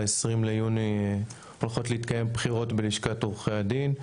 ב-20 ביוני הולכות להתקיים בחירות בלשכת עורכי הדין.